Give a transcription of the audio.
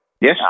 Yes